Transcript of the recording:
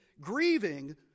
grieving